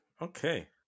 okay